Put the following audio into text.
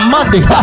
Monday